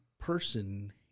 person